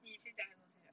你先讲 or 我先讲